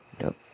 Nope